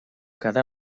cada